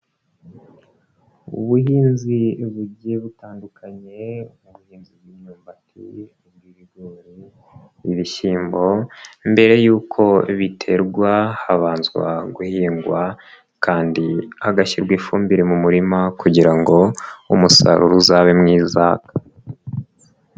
Ubuhinzi bugiye butandukanye mu buhinzi bw'imyumbati, bw'ibigori, n'ibishyimbo, mbere yuko biterwa habanzwa guhingwa kandi hagashyirwa ifumbire mu murima kugira ngo umusaruro uzabe mwiza,